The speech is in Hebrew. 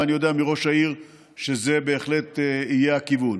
ואני יודע מראש העיר שזה בהחלט יהיה הכיוון.